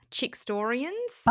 Chickstorians